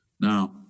Now